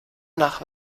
nach